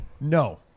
No